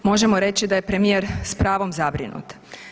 Možemo reći da je premijer s pravom zabrinut.